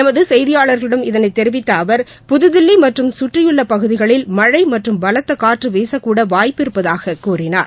எமதுசெய்தியாளரிடம் இதனைதெரிவித்தஅவர் புதுதில்லிமற்றும் சுற்றியுள்ளபகுதிகளில் மழைமற்றும் பலத்தகாற்றுவீசக்கூடவாய்ப்பிருப்பதாககூறினார்